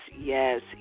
yes